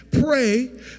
pray